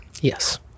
Yes